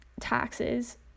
taxes